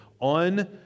on